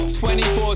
24